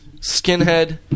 skinhead